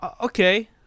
Okay